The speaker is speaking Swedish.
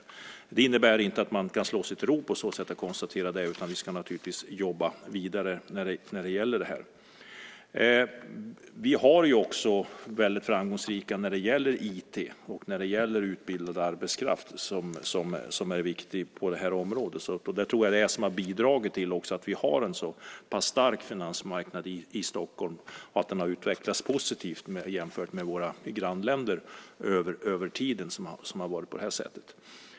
Men det innebär inte att man för den skull kan slå sig till ro och bara konstatera det, utan vi ska naturligtvis jobba vidare med de här sakerna. Vi har också varit väldigt framgångsrika när det gäller IT och utbildad arbetskraft som är viktig på området. Jag tror att det har bidragit till att vi har en så pass stark finansmarknad i Stockholm och till att den över tid har utvecklats positivt jämfört med hur det är i våra grannländer.